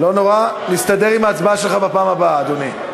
לא נורא, נסתדר עם ההצבעה שלך בפעם הבאה, אדוני.